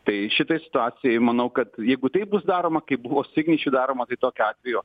tai šitai situacijai manau kad jeigu taip bus daroma kaip buvo su igničiu daroma tai tokiu atveju